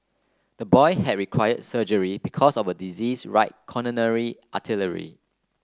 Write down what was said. the boy had require surgery because of a disease right coronary artery